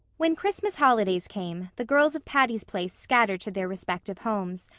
when christmas holidays came the girls of patty's place scattered to their respective homes,